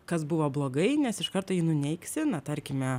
kas buvo blogai nes iš karto jį nuneigsi na tarkime